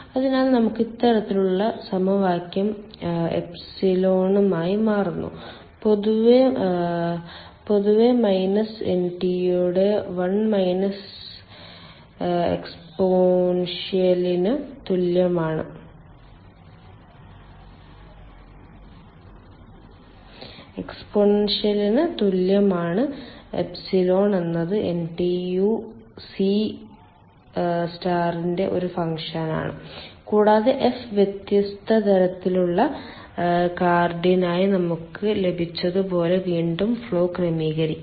അതിനാൽ നമുക്ക് ഇത്തരത്തിലുള്ള സമവാക്യം എപ്സിലോണായി മാറുന്നു പൊതുവെ മൈനസ് NTU യുടെ 1 മൈനസ് എക്സ്പോണൻഷ്യലിന് തുല്യമാണ് എപ്സിലോൺ എന്നത് NTU C സ്റ്റാറിന്റെ ഒരു ഫംഗ്ഷനാണ് കൂടാതെ F വ്യത്യസ്ത തരത്തിലുള്ള കാർഡിനായി നമുക്ക് ലഭിച്ചതുപോലെ വീണ്ടും ഫ്ലോ ക്രമീകരണമാണ്